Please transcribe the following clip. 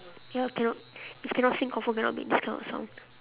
ya cannot if cannot sing confirm cannot make this kind of sound